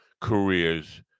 careers